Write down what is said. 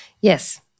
Yes